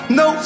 no